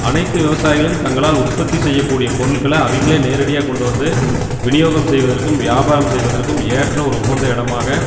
அனைத்து விவசாயிகளும் தங்களால் உற்பத்தி செய்யக்கூடிய பொருட்கள அவங்களே நேரடியாக கொண்டு வந்து விநியோகம் செய்வதற்கும் வியாபாரம் செய்வதற்கும் ஏற்ற ஒரு உகந்த இடமாக